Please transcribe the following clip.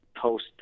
post